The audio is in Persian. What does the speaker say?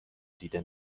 دیده